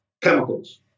chemicals